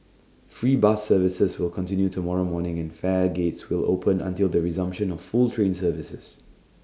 free bus services will continue tomorrow morning and fare gates will open until the resumption of full train services